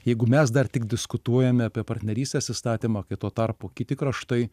jeigu mes dar tik diskutuojam apie partnerystės įstatymą kai tuo tarpu kiti kraštai